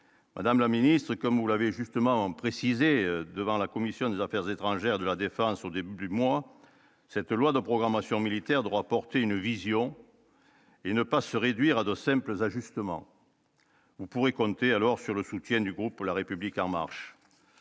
madame la ministre, comme vous l'avez justement précisé devant la commission des Affaires étrangères de la Défense, au début du mois, cette loi de programmation militaire droit porter une vision. Et ne pas se réduire à dos simples ajustements. Vous pourrez compter alors sur le soutien du groupe pour la République, Armand.